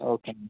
ఓకేనండి